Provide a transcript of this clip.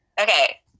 okay